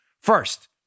First